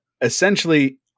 essentially